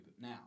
now